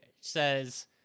says